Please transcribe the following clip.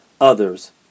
others